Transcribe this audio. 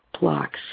blocks